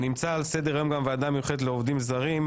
נמצא על סדר-היום גם הוועדה המיוחדת לעובדים זרים,